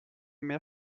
mehr